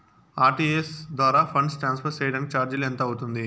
RTGS ద్వారా funds transfer సేయడానికి చార్జీలు ఎంత అవుతుంది